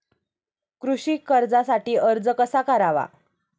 कृषी कर्जासाठी अर्ज कसा करावा?